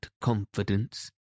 confidence